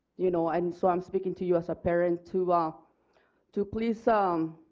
you know and so i'm speaking to you as a parent to but to please ah um